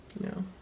No